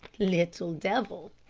little devil,